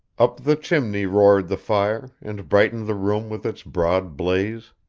up the chimney roared the fire, and brightened the room with its broad blaze.